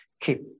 keep